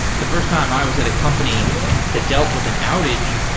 the first time i was at a company that dealt with an outage,